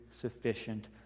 sufficient